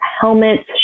helmets